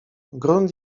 grunt